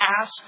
ask